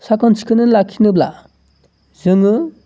साखोन सिखोनै लाखिनोब्ला जोङो